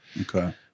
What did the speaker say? okay